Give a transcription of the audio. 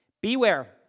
Beware